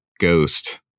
Ghost